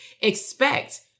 expect